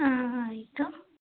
ಹಾಂ ಹಾಂ ಆಯಿತು